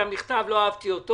בשביל זה באתי.